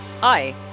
Hi